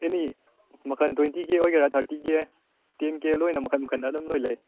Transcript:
ꯑꯦꯅꯤ ꯃꯈꯟ ꯇ꯭ꯋꯦꯟꯇꯤ ꯀꯦ ꯑꯣꯏꯒꯦꯔꯥ ꯊꯥꯔꯇꯤ ꯀꯦ ꯇꯦꯟ ꯀꯦ ꯂꯣꯏꯅ ꯃꯈꯟ ꯃꯈꯟ ꯑꯗꯨꯝ ꯂꯣꯏꯅ ꯂꯩ